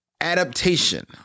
adaptation